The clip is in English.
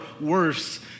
worse